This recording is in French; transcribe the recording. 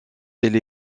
elle